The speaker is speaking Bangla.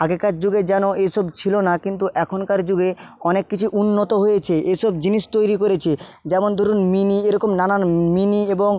আগেকার যুগে যেন এসব ছিলো না কিন্তু এখনকার যুগে অনেক কিছু উন্নত হয়েছে এসব জিনিস তৈরি করেছে যেমন দরুন মিনি এরকম নানান মিনি এবং